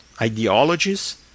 ideologies